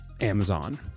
Amazon